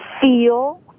feel